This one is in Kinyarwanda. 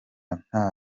nta